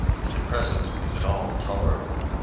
if the present is at all tolerable,